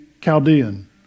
Chaldean